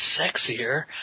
sexier